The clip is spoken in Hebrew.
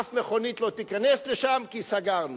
אף מכונית לא תיכנס לשם כי סגרנו.